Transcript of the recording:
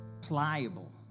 pliable